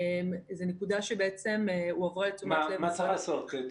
מה צריך לעשות?